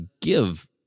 give